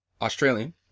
Australian